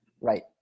Right